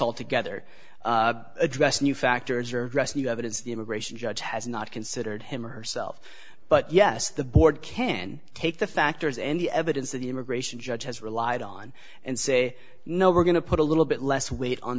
altogether address new factors or rescue evidence the immigration judge has not considered him or herself but yes the board can the factors and the evidence that the immigration judge has relied on and say no we're going to put a little bit less weight on